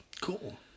Cool